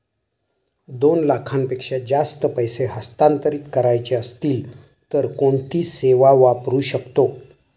दोन लाखांपेक्षा जास्त पैसे हस्तांतरित करायचे असतील तर कोणती सेवा वापरू शकतो?